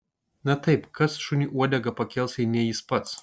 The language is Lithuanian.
na taip kas šuniui uodegą pakels jei ne jis pats